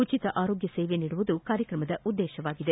ಉಚಿತ ಆರೋಗ್ಯ ಸೇವೆ ನೀಡುವುದು ಕಾರ್ಯಕ್ರಮದ ಉದ್ದೇಶವಾಗಿದೆ